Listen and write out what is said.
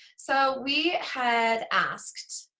so we had asked,